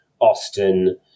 Austin